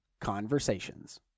Conversations